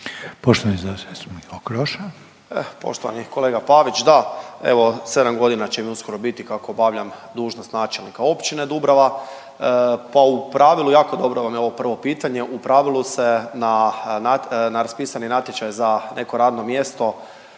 Poštovani zastupnik Okroša.